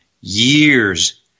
years